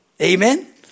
Amen